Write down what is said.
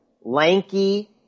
lanky